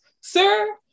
Sir